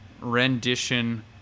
rendition